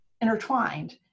intertwined